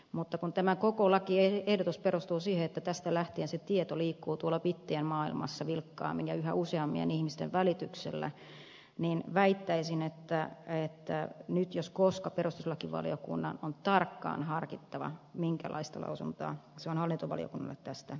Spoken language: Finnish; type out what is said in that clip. mutta kun tämä koko lakiehdotus perustuu siihen että tästä lähtien se tieto liikkuu tuolla bittien maailmassa vilkkaammin ja yhä useampien ihmisten välityksellä niin väittäisin että nyt jos koskaan perustuslakivaliokunnan on tarkkaan harkittava minkälaista lausuntoa se on hallintovaliokunnalle tästä antamassa